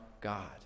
God